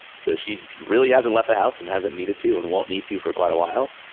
so she really hasn't left the house and hasn't needed to and won't need to for quite a while,